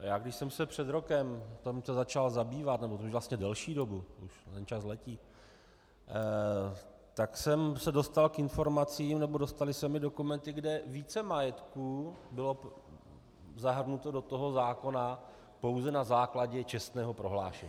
Když jsem se před rokem tímto začal zabývat, nebo vlastně už delší dobu, ten čas letí, tak jsem se dostal k informacím, nebo dostaly se mi dokumenty, kde více majetků bylo zahrnuto do toho zákona pouze na základě čestného prohlášení.